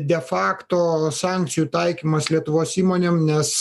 de fakto sankcijų taikymas lietuvos įmonėm nes